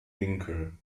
winkel